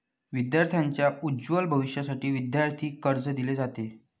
विद्यार्थांच्या उज्ज्वल भविष्यासाठी विद्यार्थी कर्ज दिले जाते